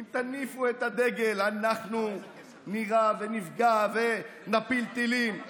אם תניפו את הדגל אנחנו נירה ונפגע ונפיל טילים.